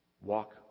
walk